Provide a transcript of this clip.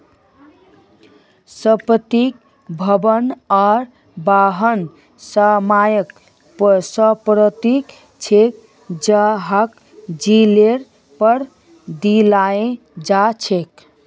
संपत्ति, भवन आर वाहन सामान्य संपत्ति छे जहाक लीजेर पर दियाल जा छे